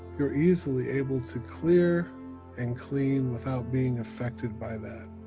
you're easily able to clear and clean without being affected by that.